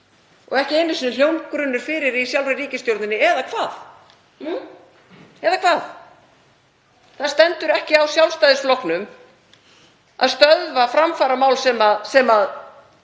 og ekki einu sinni hljómgrunnur fyrir í sjálfri ríkisstjórninni — nú eða hvað? Það stendur ekki á Sjálfstæðisflokknum að stöðva framfaramál sem